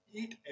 eat